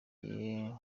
bagiye